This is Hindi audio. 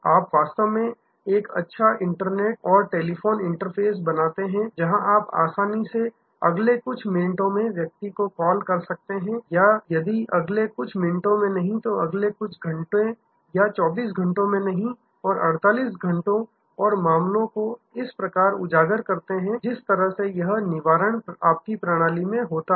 आप वास्तव में एक अच्छा इंटरनेट वेब और टेलीफ़ोन इंटरफ़ेस बनाते हैं जहाँ आप आसानी से अगले कुछ मिनटों में व्यक्ति को कॉल कर सकते हैं या यदि अगले कुछ मिनटों में नहीं अगले कुछ घंटे और 24 घंटों में नहीं और 48 घंटों और मामलों को इस प्रकार उजागर करते हैं जिस तरह से यह निवारण आपकी प्रणाली में होता है